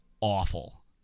awful